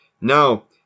Now